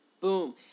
Boom